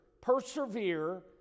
persevere